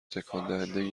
تکاندهندهای